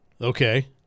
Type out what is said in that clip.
okay